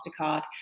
MasterCard